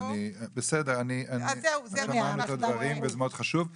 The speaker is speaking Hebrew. בסדר, שמענו את הדברים וזה מאוד חשוב.